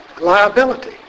liability